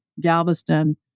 Galveston